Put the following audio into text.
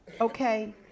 okay